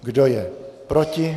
Kdo je proti?